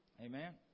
Amen